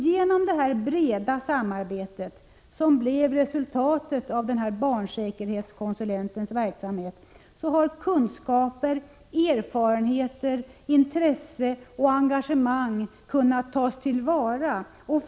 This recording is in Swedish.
Genom detta breda samarbete, som blev resultatet av barnkonsulentens verksamhet, har kunskaper, erfarenheter, intresse och engagemang kunnat tas till vara.